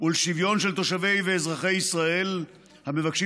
ולשוויון של תושבי ואזרחי ישראל המבקשים